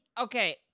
okay